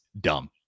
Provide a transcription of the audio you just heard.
dumb